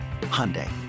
Hyundai